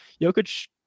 Jokic